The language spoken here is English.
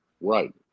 Right